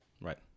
Right